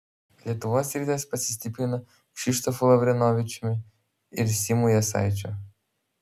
lietuvos rytas pasistiprino kšištofu lavrinovičiumi ir simu jasaičiu